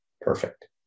Perfect